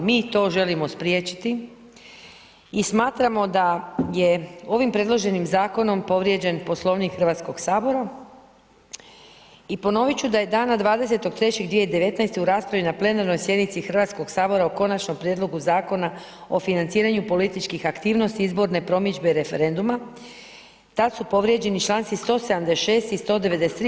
Mi to želimo spriječiti i smatramo da je ovim predloženim zakonom povrijeđen Poslovnik Hrvatskog sabora i ponovit ću da je dana 20. 3. 2019. u raspravi na plenarnoj sjednici Hrvatskog sabora o Konačnom prijedlogu Zakona o financiranju političkih aktivnosti, izborne promidžbe i referenduma tad su povrijeđeni članci 176. i 193.